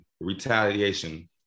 retaliation